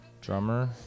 drummer